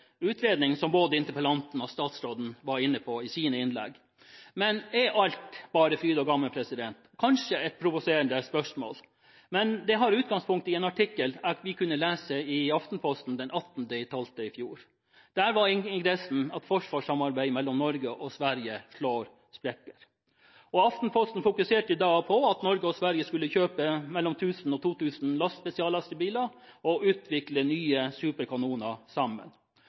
utredning, slik både interpellanten og statsråden var inne på i sine innlegg. Men er alt bare fryd og gammen? Kanskje et provoserende spørsmål, men det har utgangspunkt i en artikkel vi kunne lese i Aftenposten den 19. desember i fjor. Der sto det at forsvarssamarbeidet mellom Norge og Sverige slår sprekker. Og forleden dag fokuserte Aftenposten på at Norge og Sverige skulle kjøpe mellom 1 000 og 2 000 spesiallastebiler og utvikle nye superkanoner sammen.